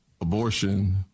abortion